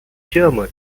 german